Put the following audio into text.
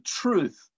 truth